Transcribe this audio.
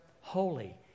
holy